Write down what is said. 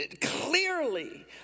Clearly